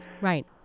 Right